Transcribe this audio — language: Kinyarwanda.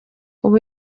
ubu